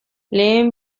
lehen